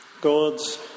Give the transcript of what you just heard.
God's